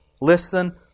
listen